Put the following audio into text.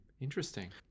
Interesting